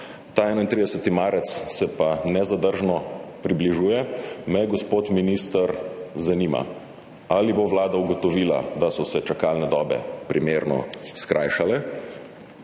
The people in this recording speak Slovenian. ta 31. marec se pa nezadržno približuje, me, gospod minister, zanima: Ali bo Vlada ugotovila, da so se čakalne dobe primerno skrajšale